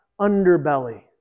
underbelly